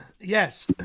Yes